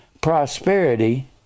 prosperity